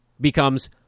becomes